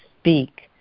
speak